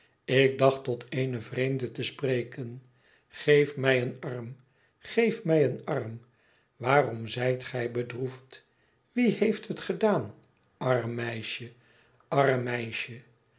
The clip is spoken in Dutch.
ik dacht tot eene vreemde te spreken geef mij een arm geef mij een arm waarom zijt gij bedroefd wie heeft het gedaan arm meisje arm meisje